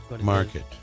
Market